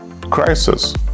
crisis